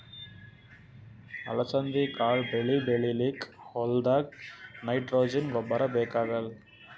ಅಲಸಂದಿ ಕಾಳ್ ಬೆಳಿ ಬೆಳಿಲಿಕ್ಕ್ ಹೋಲ್ದಾಗ್ ನೈಟ್ರೋಜೆನ್ ಗೊಬ್ಬರ್ ಬೇಕಾಗಲ್